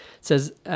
says